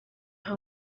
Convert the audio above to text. aha